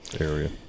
area